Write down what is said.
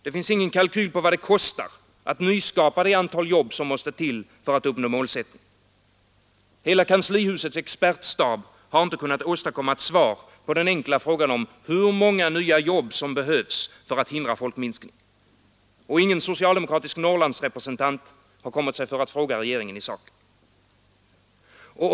Det finns ingen kalkyl på vad det kostar att nyskapa det antal jobb som måste till för att uppnå målsättningen. Hela kanslihusets expertstab har inte kunnat åstadkomma ett svar på den enkla frågan om hur många nya jobb som behövs för att hindra folkminskning. Och ingen socialdemokratisk Norrlandsrepresentant har kommit sig för att fråga regeringen i saken.